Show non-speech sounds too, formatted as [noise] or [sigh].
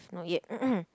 not yet [noise]